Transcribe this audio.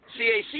CAC